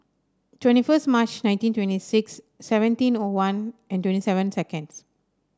twenty first March nineteen twenty six seventeen O one and twenty seven seconds